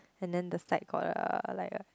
and then the side got a like a